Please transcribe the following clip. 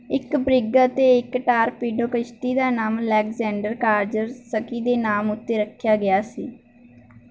ਇੱਕ ਬ੍ਰਿਗ ਅਤੇ ਇੱਕ ਟਾਰਪੀਡੋ ਕਿਸ਼ਤੀ ਦਾ ਨਾਮ ਅਲੈਗਜ਼ੈਂਡਰ ਕਾਜ਼ਰਸਕੀ ਦੇ ਨਾਮ ਉੱਤੇ ਰੱਖਿਆ ਗਿਆ ਸੀ